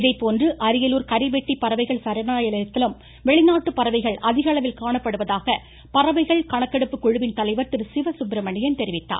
இதனிடையே அரியலூர் கரைவெட்டி பறவைகள் சரணாலயத்தில் வெளிநாட்டு பறவைகள் அதிகளவில் காணப்படுவதாக பறவைகள் கணக்கெடுப்பு குழுவின் தலைவர் திரு சிவசுப்ரமணியன் தெரிவித்துள்ளார்